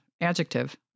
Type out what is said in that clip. adjective